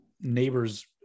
neighbors